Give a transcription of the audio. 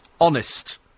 honest